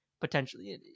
potentially